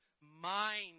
Mind